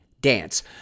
Dance